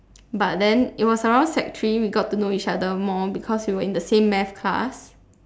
but then it was around sec three we got to know each other more because we were in the same math class